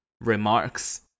remarks